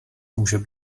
může